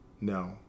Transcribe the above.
No